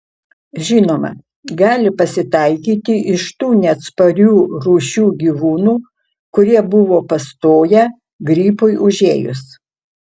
žinoma gali pasitaikyti iš tų neatsparių rūšių gyvūnų kurie buvo pastoję gripui užėjus